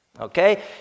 Okay